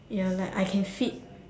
ya like I can fit